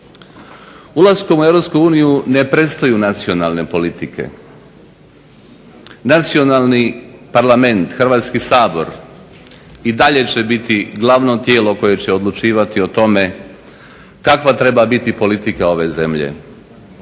uniju ne prestaju nacionalne politike. Nacionalni parlament, Hrvatski sabor i dalje će biti glavno tijelo koje će odlučivati o tome kakva treba biti politika ove zemlje.